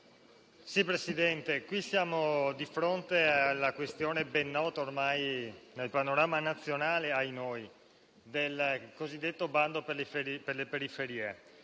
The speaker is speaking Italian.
Presidente, siamo di fronte alla questione ormai ben nota nel panorama nazionale - ahinoi - del cosiddetto bando per le periferie.